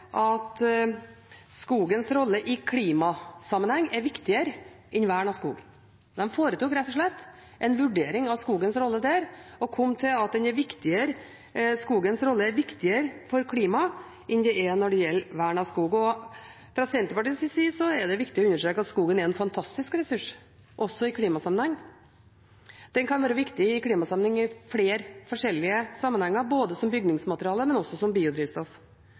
at skogens rolle i klimasammenheng er viktigere enn vern av skog. De foretok rett og slett en vurdering og kom til at skogens rolle er viktigere for klimaet enn vern av skog. Fra Senterpartiets side er det viktig å understreke at skogen er en fantastisk ressurs også i klimasammenheng. Den kan være viktig i klimasammenheng i flere forskjellige sammenhenger, både som bygningsmateriale og som biodrivstoff.